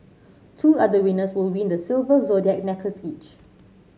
two other winners will win the silver zodiac necklace each